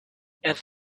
and